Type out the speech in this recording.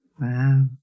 Wow